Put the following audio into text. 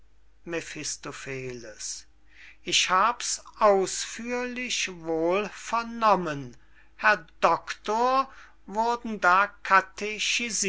mephistopheles ich hab's ausführlich wohl vernommen herr doctor wurden da